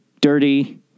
dirty